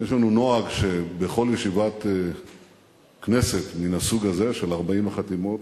יש לנו נוהג שבכל ישיבת כנסת מן הסוג הזה של 40 חתימות,